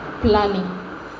planning